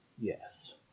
Yes